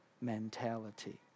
mentality